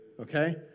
okay